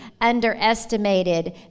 underestimated